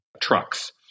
trucks